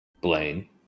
blaine